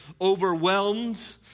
overwhelmed